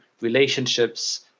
relationships